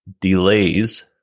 delays